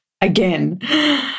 again